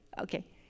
okay